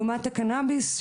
לעומת הקנאביס,